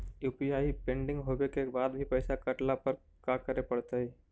UPI pending होवे के बाद भी पैसा कटला पर का करे पड़तई?